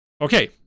Okay